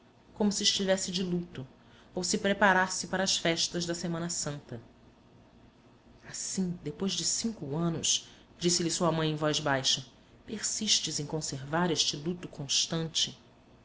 como se estivesse de luto ou se preparasse para as festas da semana santa assim depois de cinco anos disse-lhe sua mãe em voz baixa persistes em conservar este luto constante